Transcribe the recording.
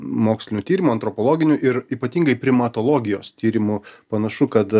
mokslinių tyrimų antropologinių ir ypatingai primatologijos tyrimų panašu kad